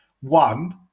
One